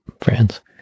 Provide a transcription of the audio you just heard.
friends